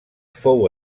fou